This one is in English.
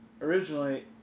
originally